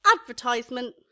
advertisement